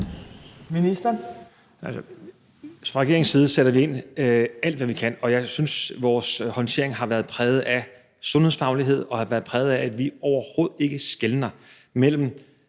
Heunicke): Fra regeringens side sætter vi ind alt, hvad vi kan, og jeg synes, at vores håndtering har været præget af sundhedsfaglighed og af, at vi overhovedet ikke skelner mellem